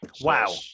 Wow